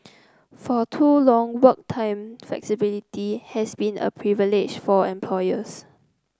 for too long work time flexibility has been a privilege for employers